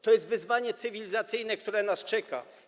To jest wyzwanie cywilizacyjne, które nas czeka.